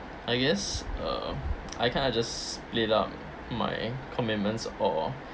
I guess uh I kind of just split up my commitments or